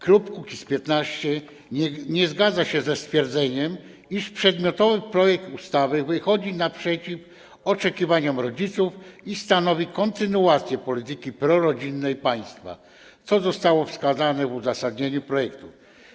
Klub Kukiz’15 nie zgadza się ze stwierdzeniem, iż przedmiotowy projekt ustawy wychodzi naprzeciw oczekiwaniom rodziców i stanowi kontynuację polityki prorodzinnej państwa, co zostało wskazane w uzasadnieniu projektu.